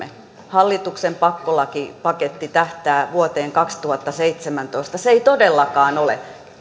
hallituksen pakkolakipaketti tähtää vuoteen kaksituhattaseitsemäntoista se ei todellakaan ole